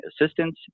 assistance